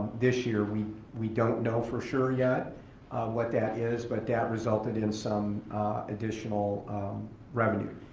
this year we we don't know for sure yet what that is, but that resulted in some additional revenue.